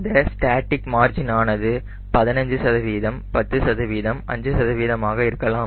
இந்த static margin ஆனது 15 10 5 ஆக இருக்கலாம்